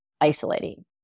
isolating